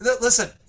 Listen